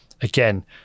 again